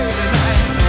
tonight